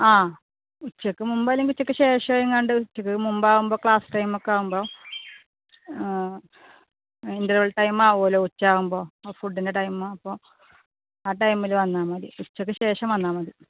ആ ഉച്ചയ്ക്ക് മുമ്പ് അല്ലെങ്കിൽ ഉച്ചയ്ക്ക് ശേഷം എങ്ങാണ്ട് ഉച്ചയ്ക്ക് മുമ്പാവുമ്പോൾ ക്ലാസ് ടൈം ഒക്കെ ആവുമ്പം ഇൻറർവെൽ ടൈം ആവുമല്ലോ ഉച്ച ആവുമ്പോൾ ഫുഡിൻറെ ടൈം അപ്പോൾ ആ ടൈമിൽ വന്നാൽ മതി ഉച്ചയ്ക്ക് ശേഷം വന്നാൽ മതി